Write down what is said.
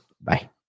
Bye